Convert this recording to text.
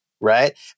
right